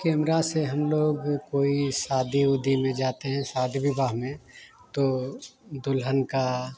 camera से हम लोग कोई शादी उदी में जाते हैं शादी विवाह में तो दुल्हन का